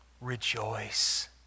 rejoice